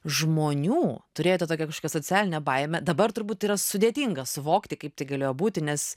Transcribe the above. žmonių turėjote tokią kažkokią socialinę baimę dabar turbūt yra sudėtinga suvokti kaip tai galėjo būti nes